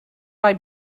roi